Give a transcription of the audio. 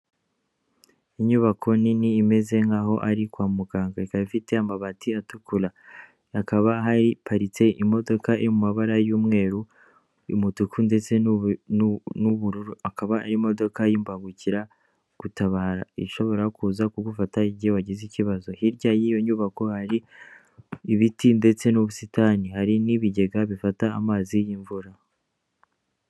Inyubako nini imeze nkaho'aho ari kwa muganga ikaba ifite amabati atukura hakaba hariyiparitse imodoka mabara y'umweru,y umutuku ndetse n'ubururu, akaba ari imodoka y'imbangukiragutabara ishobora kuza kugufata igihe wagize ikibazo, hirya y'iyo nyubako hari ibiti ndetse n'ubusitani hari n'ibigega bifata amazi y'imvura.